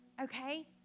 okay